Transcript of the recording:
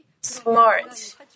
smart